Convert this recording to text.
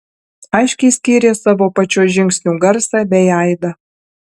aiškiai skyrė savo pačios žingsnių garsą bei aidą